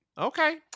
okay